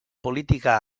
política